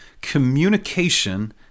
communication